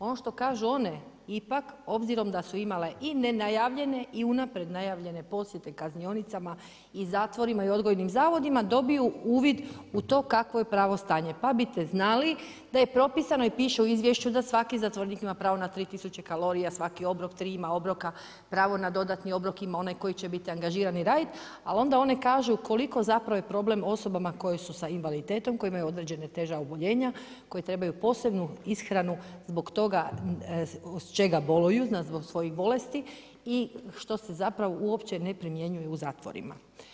Ono što kažu one ipak obzirom da su imale i nenajavljene i unaprijed najavljene posjete kaznionicama i zatvorima i odgojnim zavodima, dobiju uvid u to kakvo je pravo stanje, pa biste znali da je propisano i piše u izvješću da svaki zatvorenik ima pravo na 3000 kalorija, 3 ima obroka, pravo na dodatni obrok onaj koji će biti angažiran i radit, ali onda kažu koliko zapravo je problem osobama sa invaliditetom, koja imaju određena teža oboljenja, koje trebaju posebnu ishranu zbog toga čega boluju, zbog svojih bolesti i što se zapravo uopće ne primjenjuje u zatvorima.